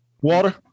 Water